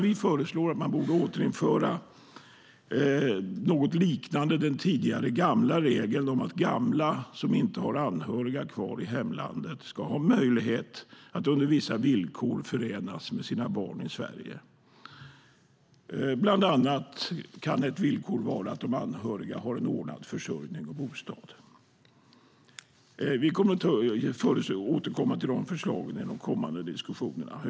Vi föreslår att man återinför något liknande den tidigare regeln om att gamla som inte har anhöriga kvar i hemlandet ska ha möjlighet att under vissa villkor förenas med sina barn i Sverige. Bland annat kan ett villkor vara att de anhöriga har en ordnad försörjning och bostad. Vi kommer att återkomma till de förslagen i de kommande diskussionerna.